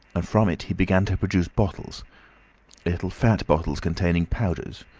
and from it he began to produce bottles little fat bottles containing powders,